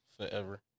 forever